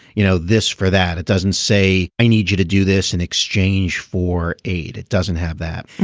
you know this for that it doesn't say i need you to do this in exchange for aid. it doesn't have that.